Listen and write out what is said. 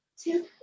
two